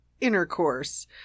intercourse